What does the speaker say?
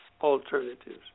alternatives